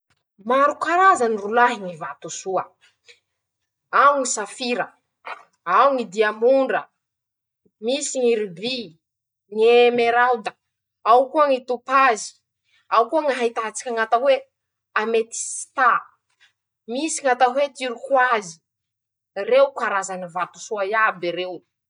<...>Maro karazany rolahy ñy vatosoa: -Ao ñy safira, ao ñy diamondra, misy ñ'iriby, ñy emerada, ao koa ñy topazy, ao koa ñy ahita tsika ñ'atao hoe ametisita, misy ñ'atao hoe tirikoazy reo karazany vatosoa iaby reo.